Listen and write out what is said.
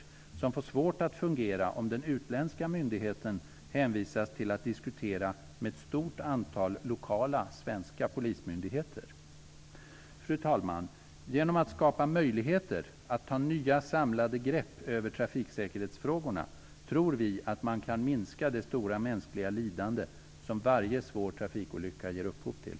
Det blir svårt att få dessa att fungera om den utländska myndigheten hänvisas till att diskutera med ett stort antal lokala svenska polismyndigheter. Fru talman! Genom att skapa möjligheter att ta nya, samlade grepp över trafiksäkerhetsfrågorna, tror vi att man kan minska det stora mänskliga lidande som varje svår trafikolycka ger upphov till.